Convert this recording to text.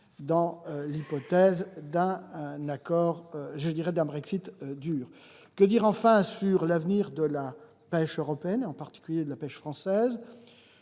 dans l'hypothèse d'un Brexit « dur ». Que dire, enfin, sur l'avenir de la pêche européenne, et en particulier de la pêche française ?